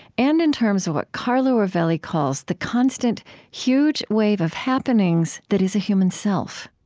and in terms of what carlo rovelli calls the constant huge wave of happenings that is a human self